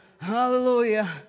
hallelujah